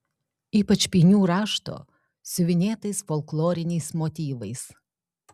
ypač pynių rašto siuvinėtais folkloriniais motyvais